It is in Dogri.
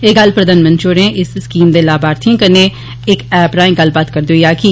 एह् गल्ल प्रधानमंत्री होरें इस स्कीम दे लामार्थिए कन्नै इक ऐप्प राए गल्लेबात करदे होई आक्खी